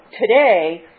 today